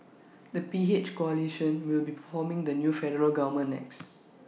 the P H coalition will be performing the new federal government next